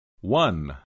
One